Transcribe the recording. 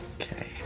Okay